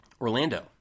Orlando